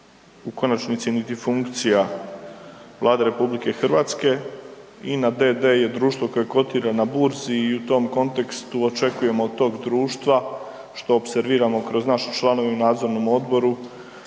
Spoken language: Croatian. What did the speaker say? u konačnici niti funkcija Vlade RH, INA d.d. je društvo koje kotira na Burzi i u tom kontekstu očekujemo od tog društva što opserviramo kroz naše članove u nadzornom odboru